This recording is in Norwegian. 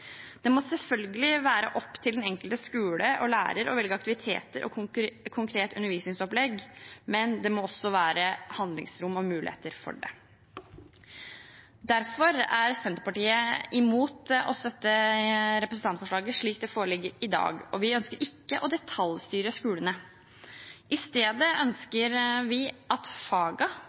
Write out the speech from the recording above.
Det må selvfølgelig være opp til den enkelte skole og lærer å velge aktiviteter og konkrete undervisningsopplegg, men det må også være handlingsrom og mulighet for det. Derfor er Senterpartiet imot representantforslaget slik det foreligger i dag. Vi ønsker ikke å detaljstyre skolene. I stedet ønsker vi at